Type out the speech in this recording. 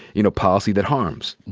you know, policy that harms?